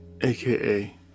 aka